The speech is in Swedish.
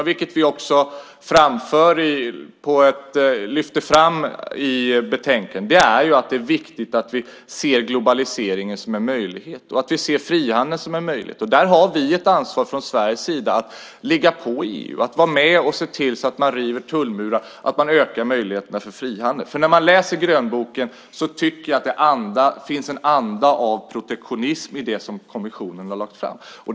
Det lyfter vi också fram i utlåttandet. Det är att det är viktigt att vi ser globaliseringen som en möjlighet, och att vi ser frihandeln som en möjlighet. Där har vi från Sveriges sida ett ansvar att ligga på EU och vara med och se till att man river tullmurar och ökar möjligheten för frihandel. Jag tycker att det finns en anda av protektionism i grönboken i det som kommissionen har lagt fram.